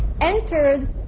entered